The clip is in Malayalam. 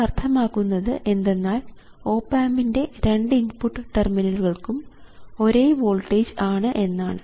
ഇത് അർത്ഥമാക്കുന്നത് എന്തെന്നാൽ ഓപ് ആമ്പിൻറെ രണ്ട് ഇൻപുട്ട് ടെർമിനലുകൾക്കും ഒരേ വോൾട്ടേജ് ആണ് എന്നാണ്